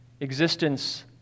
existence